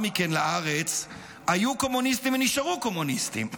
מכן לארץ היו קומוניסטים ונשארו קומוניסטים,